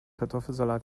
kartoffelsalat